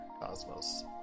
cosmos